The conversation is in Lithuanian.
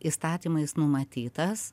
įstatymais numatytas